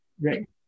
Right